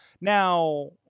now